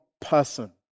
person